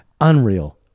Unreal